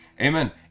amen